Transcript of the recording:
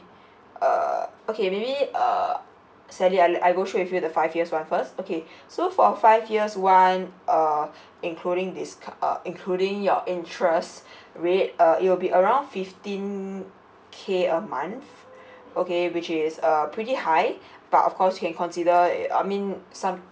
err okay maybe err sally I I go through with you the five years one first okay so for five years one uh including discount uh including your interest rate uh it will be around fifteen K a month okay which is err pretty high but of course you can consider it I mean some